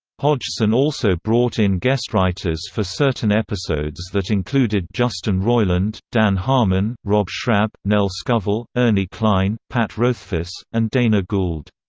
hodgson also brought in guest writers for certain episodes that included justin roiland, dan harmon, rob schrab, nell scovell, ernie cline, pat rothfuss, and dana gould.